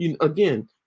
again